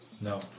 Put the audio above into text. No